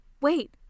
wait